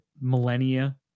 millennia